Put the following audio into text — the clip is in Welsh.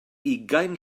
ugain